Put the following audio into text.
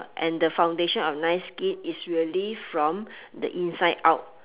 and the foundation of nice skin is really from the inside out